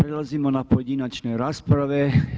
Prelazimo na pojedinačne rasprave.